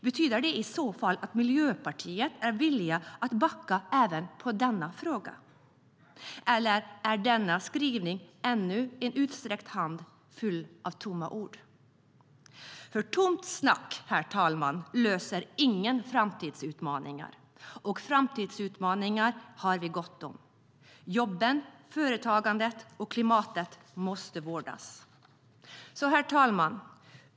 Betyder det i så fall att Miljöpartiet är villiga att backa även på denna fråga, eller är den skrivningen ännu en utsträckt hand full av tomma ord? Herr talman!